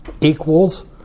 equals